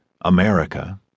America